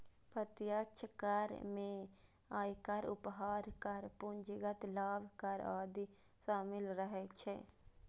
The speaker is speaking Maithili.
प्रत्यक्ष कर मे आयकर, उपहार कर, पूंजीगत लाभ कर आदि शामिल रहै छै